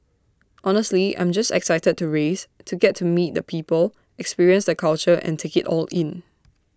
honestly I'm just excited to race to get to meet the people experience the culture and take IT all in